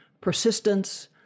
persistence